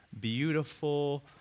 beautiful